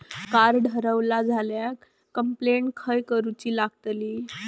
Card हरवला झाल्या complaint खय करूची लागतली?